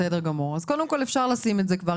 בסדר גמור, אז קודם כל אפשר לשים את זה כבר.